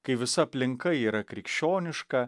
kai visa aplinka yra krikščioniška